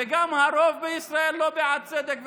וגם הרוב בישראל לא בעד צדק ושוויון,